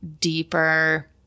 deeper